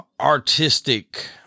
artistic